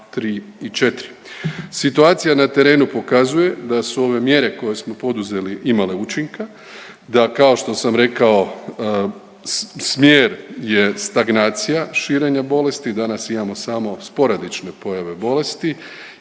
Situacija na terenu pokazuje da su ove mjere koje smo poduzeli imale učinka, da kao što sam rekao smjer je stagnacija širenja bolesti. Danas imamo samo sporadične pojave bolesti